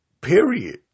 period